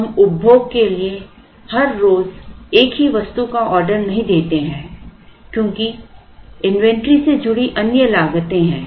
हम उपभोग के लिए हर रोज एक ही वस्तु का आर्डर नहीं देते हैं क्योंकि इन्वेंट्री से जुड़ी अन्य लागतें हैं